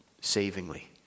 savingly